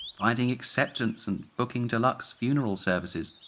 finding acceptance and booking deluxe funeral services.